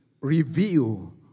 reveal